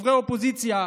חברי האופוזיציה,